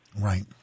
right